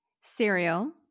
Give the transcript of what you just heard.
cereal